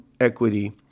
equity